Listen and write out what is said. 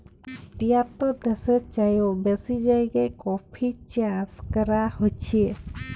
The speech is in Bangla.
তিয়াত্তর দ্যাশের চাইয়েও বেশি জায়গায় কফি চাষ ক্যরা হছে